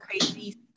crazy